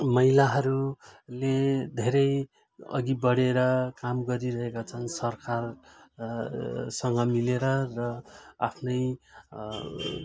महिलाहरूले धेरै अघि बढेर काम गरिरहेका छन् सरकार र सँग मिलेर र आफ्नै